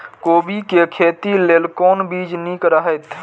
कोबी के खेती लेल कोन बीज निक रहैत?